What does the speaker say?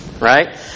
right